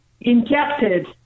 injected